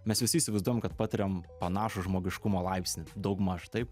mes visi įsivaizduojam kad patiriam panašų žmogiškumo laipsnį daugmaž taip